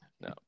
No